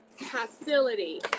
hostility